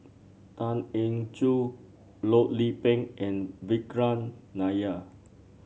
Tan Eng Joo Loh Lik Peng and Vikram Nair